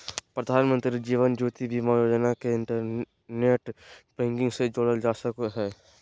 प्रधानमंत्री जीवन ज्योति बीमा योजना के इंटरनेट बैंकिंग से जोड़ल जा सको हय